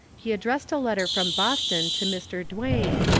he addressed a letter from boston to mr. duane,